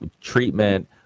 treatment